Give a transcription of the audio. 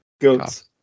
Goats